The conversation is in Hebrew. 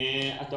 צריך